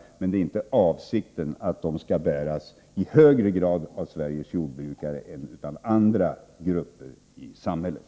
— men avsikten är inte att de skall bäras i högre grad av Sveriges jordbrukare än av andra grupper i samhället.